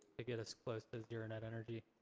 to get us close to zero net energy.